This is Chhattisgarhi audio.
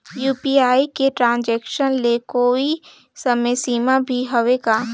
यू.पी.आई के ट्रांजेक्शन ले कोई समय सीमा भी हवे का?